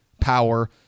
power